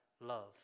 love